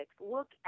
look